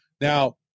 now